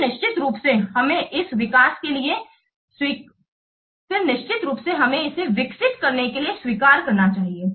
फिर निश्चित रूप से हमें इसे विकसित करने के लिए स्वीकार करना चाहिए